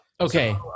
okay